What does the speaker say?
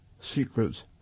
secrets